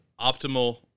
optimal